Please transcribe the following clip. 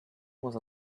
was